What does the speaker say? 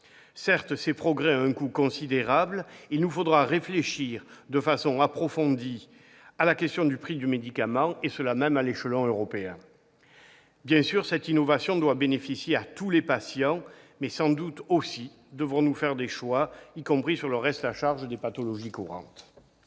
Certes, ces progrès ont un coût considérable, et il nous faudra réfléchir de façon approfondie à la question du prix du médicament, notamment à l'échelon européen. Bien sûr cette innovation doit bénéficier à tous les patients, mais sans doute devrons-nous faire des choix, y compris sur le reste à charge des pathologies courantes.